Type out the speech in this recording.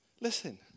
Listen